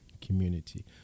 community